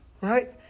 Right